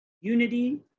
unity